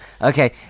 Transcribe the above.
okay